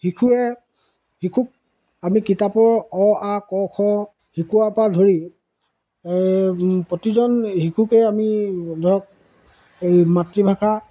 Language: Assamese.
শিশুৱে শিশুক আমি কিতাপৰ অ আ ক খ শিকোৱাৰ পৰা ধৰি প্ৰতিজন শিশুকে আমি ধৰক এই মাতৃভাষা